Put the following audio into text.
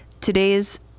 Today's